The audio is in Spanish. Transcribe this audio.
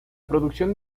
producción